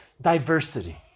diversity